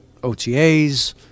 OTAs